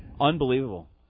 unbelievable